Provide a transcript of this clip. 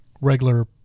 regular